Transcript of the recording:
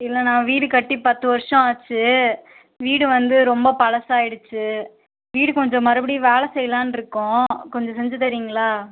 இல்லைண்ணா வீடு கட்டி பத்து வருடம் ஆச்சு வீடு வந்து ரொம்ப பழசாயிடுச்சு வீடு கொஞ்சம் மறுபடியும் வேலை செய்யலான்னு இருக்கோம் கொஞ்சம் செஞ்சி தரீங்களா